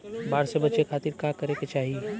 बाढ़ से बचे खातिर का करे के चाहीं?